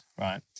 right